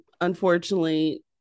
Unfortunately